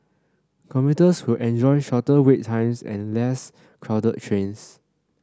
commuters will enjoy shorter wait times and less crowded trains